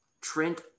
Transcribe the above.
Trent